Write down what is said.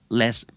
less